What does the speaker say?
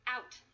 Out